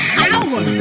power